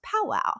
powwow